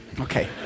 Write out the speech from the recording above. Okay